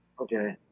okay